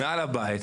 מעל הבית,